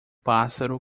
pássaro